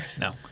No